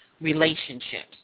relationships